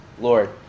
Lord